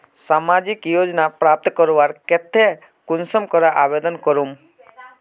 सामाजिक योजना प्राप्त करवार केते कुंसम करे आवेदन करूम?